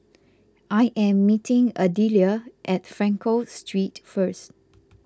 I am meeting Adelia at Frankel Street first